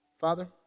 Father